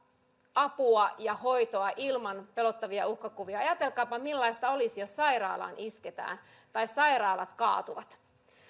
apua ja hoitoa ilman pelottavia uhkakuvia ajatelkaapa millaista olisi jos sairaalaan isketään tai sairaalat kaatuvat